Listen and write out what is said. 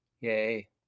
Yay